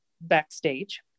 backstage